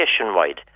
nationwide